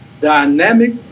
dynamic